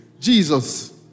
Jesus